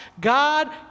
God